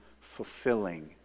fulfilling